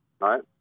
right